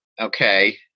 okay